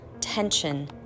tension